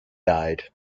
died